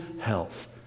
health